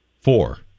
Four